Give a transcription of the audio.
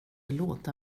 låta